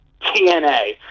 TNA